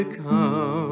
come